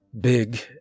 Big